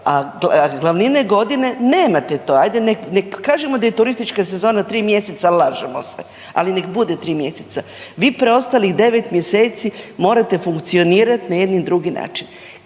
a glavnine godine, nemate to, ajde nek kažemo da je turistička sezona 3 mjeseca, a lažemo se, ali nek bude 3 mjeseca. Vi preostalih 9 mjeseci morate funkcionirati na jedan drugi način.